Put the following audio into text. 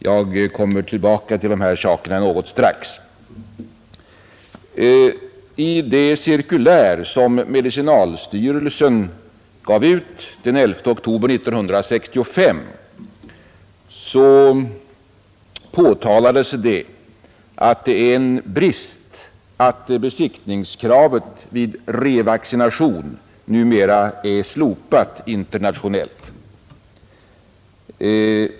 Jag återkommer till de sakerna om en liten stund. I det cirkulär som medicinalstyrelsen gav ut den 11 oktober 1965 framhöll man att det är en brist att besiktningskravet vid revaccination numera är slopat internationellt.